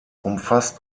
umfasst